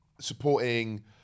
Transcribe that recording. supporting